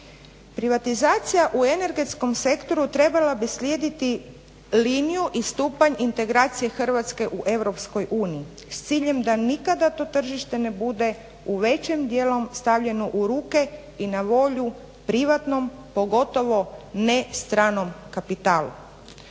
Privatizacija u energetskom sektoru trebala bi slijediti liniju i stupanj integracije Hrvatske u EU s ciljem da nikada to tržište ne bude u većem dijelu stavljeno u ruke i na volju privatnom, pogotovo ne stranom kapitalu.